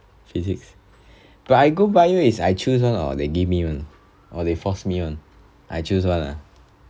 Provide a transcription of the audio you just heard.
physics but I go bio is I choose one or they give me one or they force me one is I choose one ah